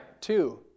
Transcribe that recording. Two